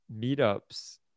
meetups